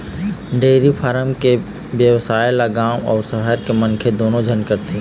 dairy farm के बेवसाय ल गाँव अउ सहर के मनखे दूनो झन करथे